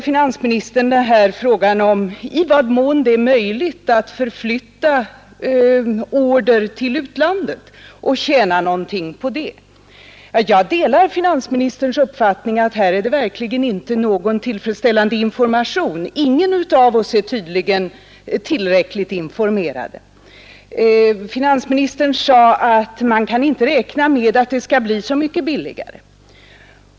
Finansministern berörde frågan i vad mån det är möjligt att till utlandet flytta över order inom den grafiska branschen och tjäna någonting på det. Jag delar finansministerns uppfattning att det inte finns någon tillfredsställande information om detta. Ingen av oss är tydligen tillräckligt informerad. Finansministern sade att man inte kan räkna med att det skall bli så mycket billigare.